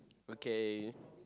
okay